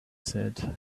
said